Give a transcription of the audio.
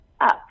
up